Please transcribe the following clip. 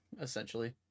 Essentially